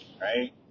Right